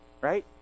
right